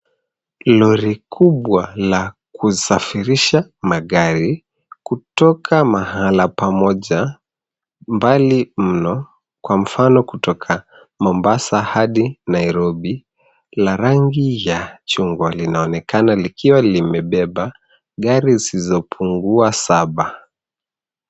Lori kubwa la kusafirisha magari kutoka mahala pamoja, mbali mno, kwa mfano kutoka Mombasa hadi Nairobi, la rangi ya chunga linaonekana likiwa limebeba gari zisizopungua saba.